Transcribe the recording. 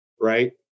right